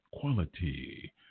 Quality